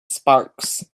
sparks